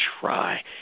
try